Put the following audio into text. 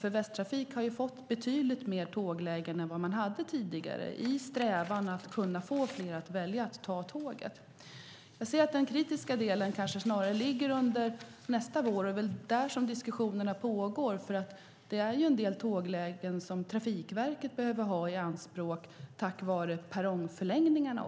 I strävan att få fler att välja att ta tåget har Västtrafik fått betydligt fler tåglägen än man hade tidigare. Den kritiska delen ligger snarare under nästa vår. Det är ju en del tåglägen som Trafikverket behöver göra anspråk på tack vare perrongförlängningarna.